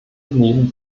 nehmen